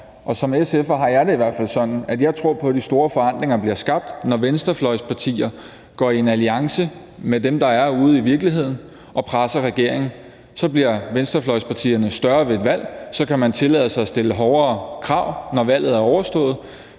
Som SF'er har jeg det i hvert fald sådan, at jeg tror på, at de store forandringer bliver skabt, når venstrefløjspartier går i en alliance med dem, der er ude i virkeligheden, og presser regeringen. Så bliver venstrefløjspartierne større ved et valg, og så kan man tillade sig at stille hårdere krav, når valget er overstået.